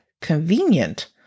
convenient